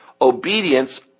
Obedience